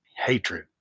hatred